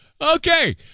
Okay